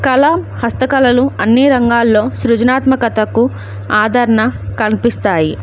కళ హస్తకళలు అన్నీ రంగాల్లో సృజనాత్మకతకు ఆదరణ కల్పిస్తాయి